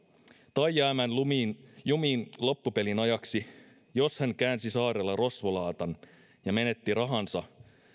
tai jäämään jumiin jumiin loppupelin ajaksi jos hän käänsi saarella rosvolaatan ja menetti rahansa